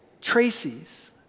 Tracy's